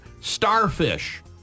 Starfish